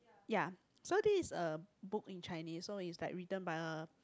ya so this is a book in Chinese so is like written by a